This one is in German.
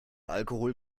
alkohol